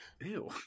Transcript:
Ew